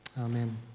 Amen